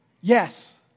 Yes